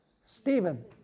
Stephen